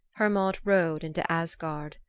hermod rode into asgard.